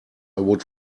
would